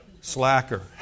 Slacker